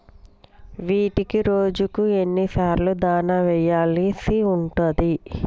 వీటికి రోజుకు ఎన్ని సార్లు దాణా వెయ్యాల్సి ఉంటది?